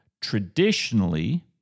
Traditionally